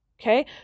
Okay